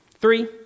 Three